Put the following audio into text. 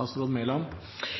til å